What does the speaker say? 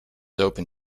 open